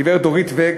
גברת דורית ואג,